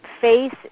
face